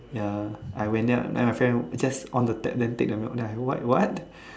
ya I went there then my friend just on the tap then take the milk then what what